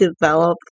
develop